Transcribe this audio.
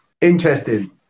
Interesting